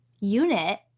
unit